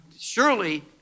Surely